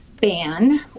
ban